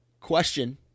question